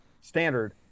standard